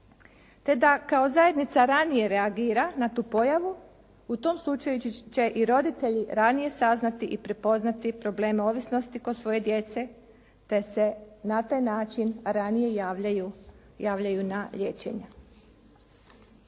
te da kao zajednica ranije reagira na tu pojavu. U tom slučaju će i roditelji ranije saznati i prepoznati probleme ovisnosti kod svoje djece, te se na taj način ranije javljaju na liječenje.